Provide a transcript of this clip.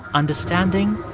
understanding